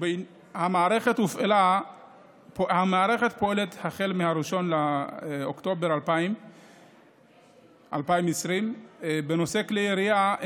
המערכת פועלת מאז 1 באוקטובר 2020. בנושא כלי ירייה,